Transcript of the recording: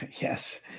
Yes